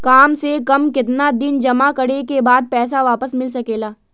काम से कम केतना दिन जमा करें बे बाद पैसा वापस मिल सकेला?